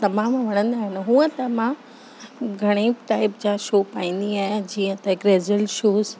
तमामु वणंदा आहिनि हूअं त मां घणे टाईप जा शू पाईंदी आहियां जीअं त ग्रेज़ूअल शूस